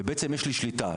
ובעצם יש לי שליטה.